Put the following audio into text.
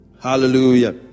hallelujah